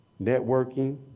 networking